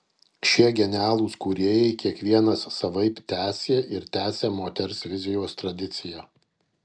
šie genialūs kūrėjai kiekvienas savaip tęsė ir tęsia moters vizijos tradiciją